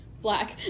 Black